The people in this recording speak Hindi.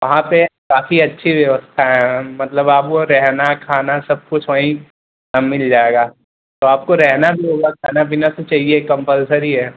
वहाँ पर काफ़ी अच्छी व्यवस्था है मतलब आप बोल रहे है ना खाना सब कुछ वहीं मिल जाएगा तो आपको रहना भी होगा खाना पीना तो चाहिए कम्पलसरी है